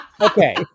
Okay